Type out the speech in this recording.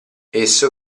esso